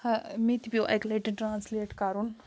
ہَہ مےٚ تہِ پیوٚو اَکہِ لَٹہِ ٹرٛانسلیٹ کَرُن